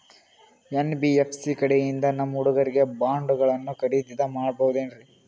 NBFC ಕಡೆಯಿಂದ ನಮ್ಮ ಹುಡುಗರಿಗೆ ಬಾಂಡ್ ಗಳನ್ನು ಖರೀದಿದ ಮಾಡಬಹುದೇನ್ರಿ?